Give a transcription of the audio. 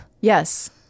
Yes